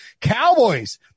Cowboys